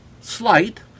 slight